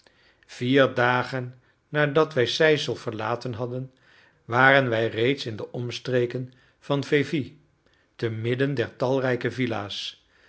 vier dagen nadat wij seyssel verlaten hadden waren wij reeds in de omstreken van vevey temidden der talrijke villa's